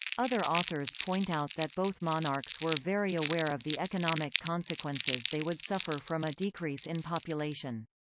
other authors point out that both monarchs were very aware of the economic consequences they would suffer from a decrease in population.